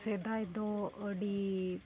ᱥᱮᱫᱟᱭ ᱫᱚ ᱟᱹᱰᱤ